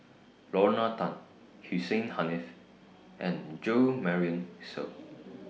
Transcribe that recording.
Lorna Tan Hussein Haniff and Jo Marion Seow